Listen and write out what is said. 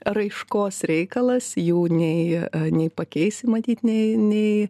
raiškos reikalas jų nei nei pakeisi matyt nei nei